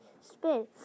spin